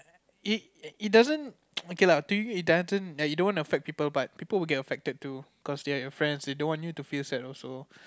it it doesn't okay lah to you it doesn't like you don't want to affect people but people will get affected too cause are your friends they don't want you to feel sad also